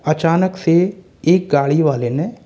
अचानक से एक गाड़ी वाले ने